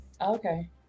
Okay